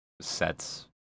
sets